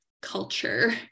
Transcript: culture